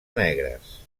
negres